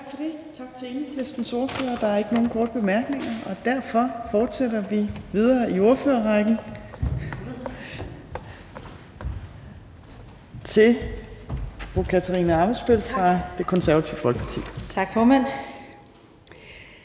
Tak for det, tak til Enhedslistens ordfører. Der er ikke nogen korte bemærkninger, og derfor fortsætter vi videre i ordførerrækken til fru Katarina Ammitzbøll fra Det Konservative Folkeparti. Kl.